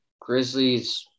Grizzlies